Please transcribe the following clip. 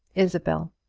isabel.